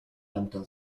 lambda